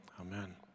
amen